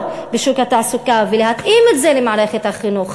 בשוק התעסוקה ולהתאים את זה למערכת החינוך?